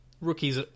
rookies